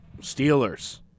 Steelers